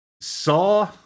saw